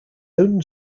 own